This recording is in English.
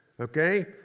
Okay